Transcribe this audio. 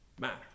matter